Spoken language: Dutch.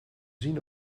zien